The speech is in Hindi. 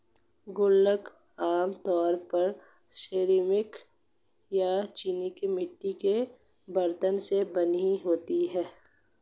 गुल्लक आमतौर पर सिरेमिक या चीनी मिट्टी के बरतन से बने होते हैं